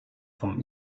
vom